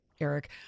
Eric